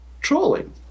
trolling